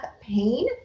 pain